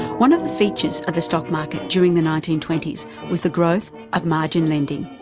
one of the features of the stock market during the nineteen twenty s was the growth of margin lending.